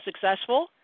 successful